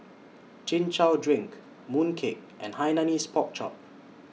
Chin Chow Drink Mooncake and Hainanese Pork Chop